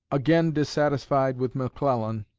again dissatisfied with mcclellan